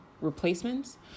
replacements